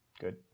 Good